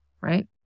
right